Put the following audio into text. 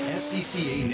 scca